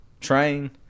train